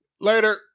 Later